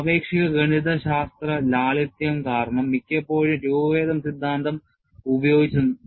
ആപേക്ഷിക ഗണിതശാസ്ത്ര ലാളിത്യം കാരണം മിക്കപ്പോഴും രൂപഭേദം സിദ്ധാന്തം ഉപയോഗിച്ചു